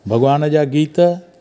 भॻवान जा गीत